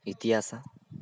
ಇತಿಹಾಸ